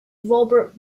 robert